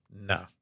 no